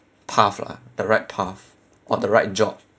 path lah the right path or the right job